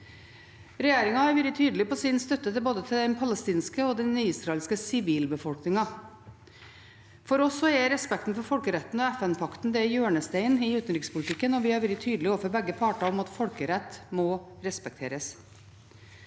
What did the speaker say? Regjeringen har vært tydelig på sin støtte til både den palestinske og den israelske sivilbefolkningen. For oss er respekten for folkeretten og FN-pakten hjørnesteinen i utenrikspolitikken, og vi har vært tydelige overfor begge parter om at folkeretten må respekteres.